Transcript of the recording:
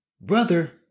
Brother